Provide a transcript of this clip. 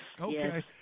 Okay